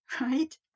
Right